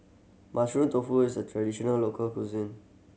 Mushroom Tofu is a traditional local cuisine